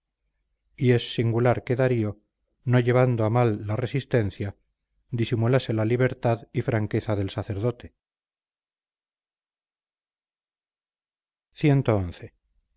y es singular que darío no llevando a mal la resistencia disimulase la libertad y franqueza del sacerdote